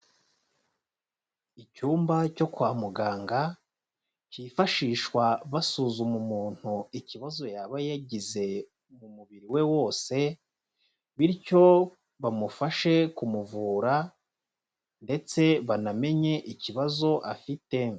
Icyumba cyo kwa muganga cyifashishwa basuzuma umuntu ikibazo yaba yagize mu mubiri we wose bityo bamufashe kumuvura ndetse banamenye ikibazo afite.